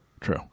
true